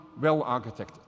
well-architected